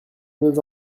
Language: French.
deux